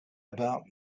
about